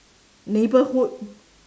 neighbourhood